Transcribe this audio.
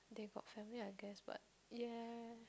they got family I guess but yeah